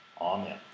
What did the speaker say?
Amen